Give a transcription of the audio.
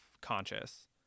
conscious –